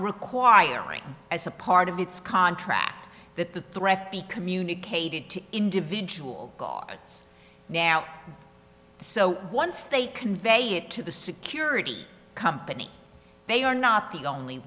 requiring as a part of its contract that the threat be communicated to individual gods now so once they convey it to the security company they are not the only